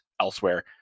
elsewhere